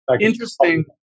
interesting